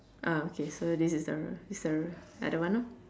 ah okay so this is the this the other one lor